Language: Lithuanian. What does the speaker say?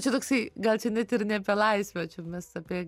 čia toksai gal net ir ne apie laisvę čia mes apie